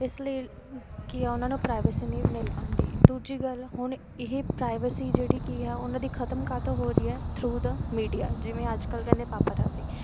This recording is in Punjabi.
ਇਸ ਲਈ ਕੀ ਆ ਉਹਨਾਂ ਨੂੰ ਪ੍ਰਾਈਵੇਸੀ ਨਹੀਂ ਮਿਲ ਪਾਉਂਦੀ ਦੂਜੀ ਗੱਲ ਹੁਣ ਇਹ ਪ੍ਰਾਈਵੇਸੀ ਜਿਹੜੀ ਕੀ ਹੈ ਉਹਨਾਂ ਦੀ ਖ਼ਤਮ ਕਾਹਤੋਂ ਹੋ ਰਹੀ ਹੈ ਥਰੂ ਦਾ ਮੀਡੀਆ ਜਿਵੇਂ ਅੱਜ ਕੱਲ੍ਹ ਕਹਿੰਦੇ ਪਾਪਾਰਾਜ਼ੀ